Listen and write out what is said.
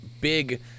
big